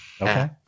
okay